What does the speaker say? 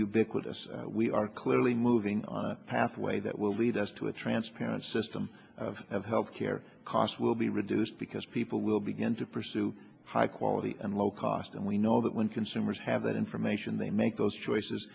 ubiquitous we are clearly moving on a pathway that will lead us to a transparent system of health care costs will be reduced because people will begin to pursue high quality and low cost and we know that when consumers have that information they make those choices